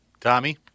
Tommy